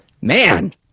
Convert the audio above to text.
Man